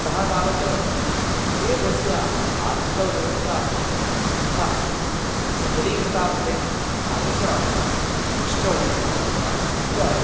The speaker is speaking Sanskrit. सः तावत् देशस्य आर्थिकव्यवस्था यथा सबलीकृता भवेत् तादृशं दृष्टौ सः दृष्टवान् अपि च